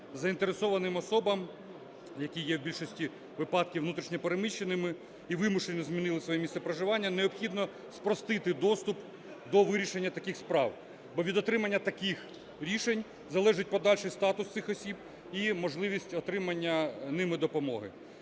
заінтересованим особам, які є в більшості випадків внутрішньо переміщеними і вимушено змінили своє місце проживання, необхідно спростити доступ до вирішення таких справ. Бо від отримання таких рішень залежить подальший статус цих осіб і можливість отримання ними допомоги.